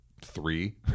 three